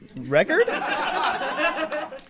Record